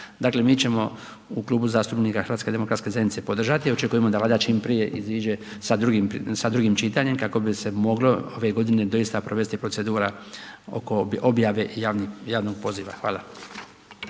Dakle, mi ćemo u Klubu zastupnika HDZ-a podržati i očekujemo da …/Govornik se ne razumije./… iziđe sa drugim čitanjem, kako bi se moglo ove godine, doista provesti procedura oko objave javnog poziva. Hvala.